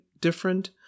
different